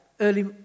early